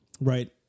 right